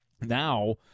now